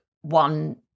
one